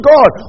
God